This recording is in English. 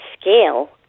scale